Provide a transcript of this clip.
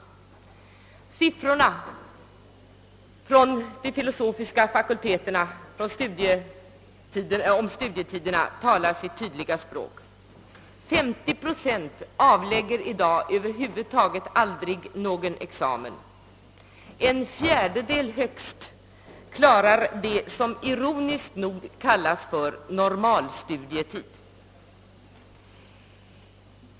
Uppgifterna om studieresultaten och studietiderna vid dessa fakulteter talar sitt tydliga språk. Femtio procent av antalet inskrivna avlägger aldrig någon examen, och högst en fjärdedel klarar det som ironiskt nog kallas för normalstudietid.